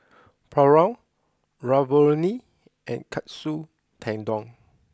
Pulao Ravioli and Katsu Tendon